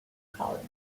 collins